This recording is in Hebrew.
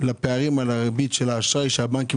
לפערים על הריבית של האשראי שהבנקים